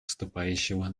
выступившего